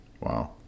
Wow